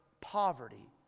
poverty